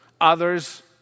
others